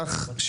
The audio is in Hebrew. כך,